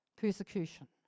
persecution